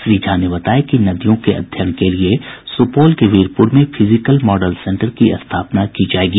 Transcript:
श्री झा ने बताया कि नदियों के अध्ययन के लिए सूपौल के वीरपूर में फिजिकल मॉडल सेंटर की स्थापना की जायेगी